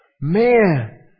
man